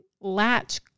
latch